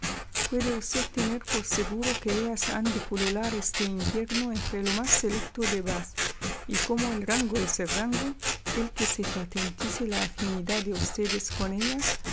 puede usted tener por seguro que ellas han de pulular este invierno entre lo más selecto de bath y como el rango es el rango el que se patentice la afinidad de ustedes con ellas